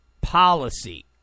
policy